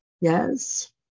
Yes